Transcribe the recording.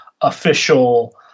official